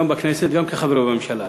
גם בכנסת וגם כחבר בממשלה,